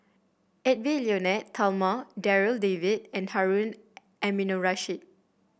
Edwy Lyonet Talma Darryl David and Harun Aminurrashid